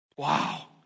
Wow